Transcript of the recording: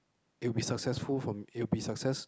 it'll be successful from it'll be success